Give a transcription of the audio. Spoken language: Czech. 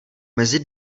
mezi